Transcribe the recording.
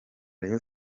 rayon